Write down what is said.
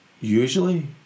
usually